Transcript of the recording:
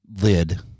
lid